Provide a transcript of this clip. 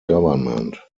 government